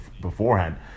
beforehand